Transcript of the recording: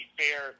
fair